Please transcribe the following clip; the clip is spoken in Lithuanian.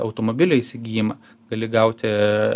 automobilio įsigijimą gali gauti